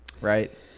right